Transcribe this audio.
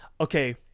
okay